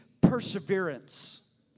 perseverance